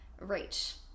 reach